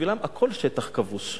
בשבילם הכול שטח כבוש.